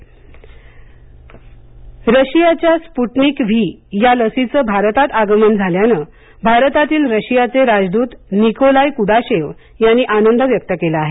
Sputnik V रशियाच्या Sputnik V या लसीचं भारतात आगमन झाल्यानं भारतातील रशियाचे राजदूत निकोलाय कुडाशेव्ह यांनी आनंद व्यक्त केला आहे